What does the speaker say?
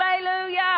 Hallelujah